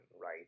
right